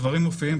הדברים מופיעים,